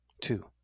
Two